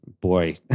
boy